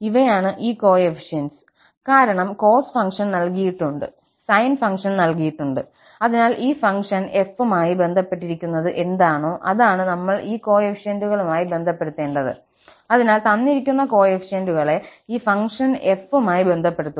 ഇവയാണ് ഈ കോഎഫിഷ്യന്റ്സ് കാരണം കോസ് ഫംഗ്ഷൻ നൽകിയിട്ടുണ്ട് സൈൻ ഫംഗ്ഷൻ നൽകിയിട്ടുണ്ട് അതിനാൽ ഈ ഫംഗ്ഷൻ f മായി ബന്ധപ്പെട്ടിരിക്കുന്നത് എന്താണോ അതാണ് നമ്മൾ ഈ കോഎഫിഷ്യന്റുകളുമായി ബന്ധപ്പെടുത്തേണ്ടത് അതിനാൽ തന്നിരിക്കുന്ന കോഎഫിഷ്യന്റുകളെ ഈ ഫംഗ്ഷൻ f മായി ബന്ധപ്പെടുത്തുക